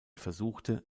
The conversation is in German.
versuchte